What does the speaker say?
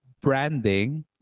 branding